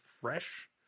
fresh